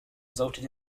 resulted